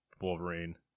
Wolverine